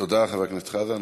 תודה, חבר הכנסת חזן.